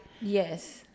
Yes